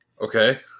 Okay